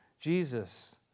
Jesus